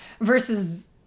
versus